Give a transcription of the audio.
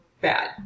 bad